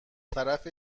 طرف